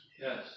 Yes